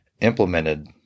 implemented